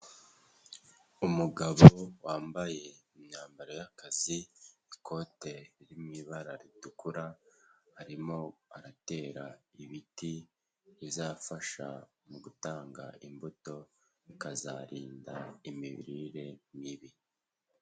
Umugabo wambaye imyambaro y'akazi, ikote riri mu ibara ritukura, arimo aratera ibiti bizafasha mu gutanga imbuto bikazarinda imirire mibi.